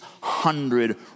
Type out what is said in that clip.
hundred